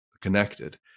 connected